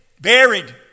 buried